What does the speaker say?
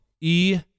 E-